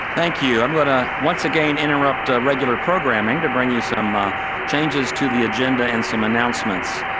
thank you. i'm going to once again interrupt ah regular programming to bring you some ah changes to the agenda and some announcements.